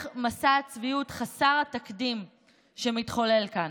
מסע הצביעות חסר התקדים שמתחולל כאן.